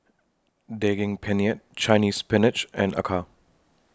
Daging Penyet Chinese Spinach and Acar